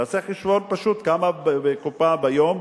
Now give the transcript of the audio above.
תעשה חשבון פשוט כמה הקופה ביום.